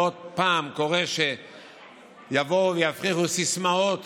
לא פעם קורה שיבואו ויפריחו סיסמאות